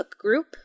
group